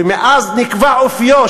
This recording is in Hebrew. ומאז נקבע אופיו,